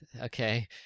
Okay